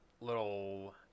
little